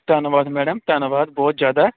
ਧੰਨਵਾਦ ਮੈਡਮ ਧੰਨਵਾਦ ਬਹੁਤ ਜਿਆਦਾ